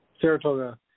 Saratoga